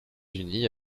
unis